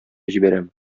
җибәрәм